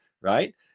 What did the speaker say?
right